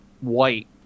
white